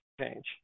change